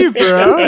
bro